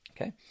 Okay